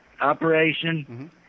operation